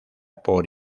por